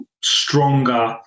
stronger